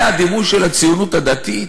זה הדימוי של הציונות הדתית?